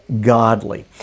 godly